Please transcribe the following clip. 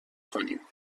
کنیم